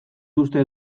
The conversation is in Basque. uste